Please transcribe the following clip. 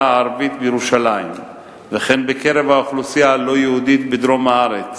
הערבית בירושלים וכן בקרב האוכלוסייה הלא-יהודית בדרום הארץ,